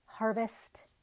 harvest